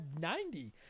90